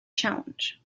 challenge